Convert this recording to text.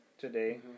today